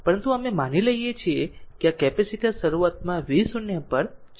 પરંતુ અમે માની લઈએ છીએ કે આ કેપેસિટર શરૂઆતમાં v0 પર ચાર્જ કરતું હતું